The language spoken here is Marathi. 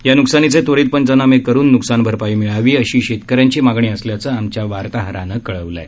या नुकसानीचे त्वरित पंचनामे करून नुकसान भरपाई मिळावी अशी शेतकऱ्यांची मागणी असल्याचं आमच्या वार्ताहरानं कळवलं आहे